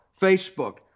Facebook